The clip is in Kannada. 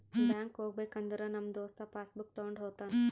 ಬ್ಯಾಂಕ್ಗ್ ಹೋಗ್ಬೇಕ ಅಂದುರ್ ನಮ್ ದೋಸ್ತ ಪಾಸ್ ಬುಕ್ ತೊಂಡ್ ಹೋತಾನ್